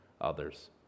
others